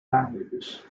languages